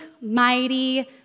mighty